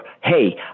hey